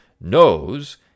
knows